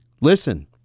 Listen